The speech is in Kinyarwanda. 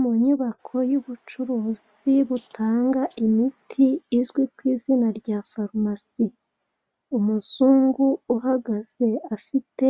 Mu nyubako y'umucuruzi butanga imiti izwi ku izina rya farumasi, umuzungu uhagaze afite